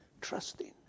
Trusting